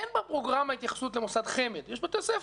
אין בפרוגרמה התייחסות למוסד חמ"ד, יש בתי ספר.